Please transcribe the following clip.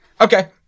Okay